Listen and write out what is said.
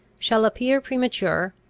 shall appear premature,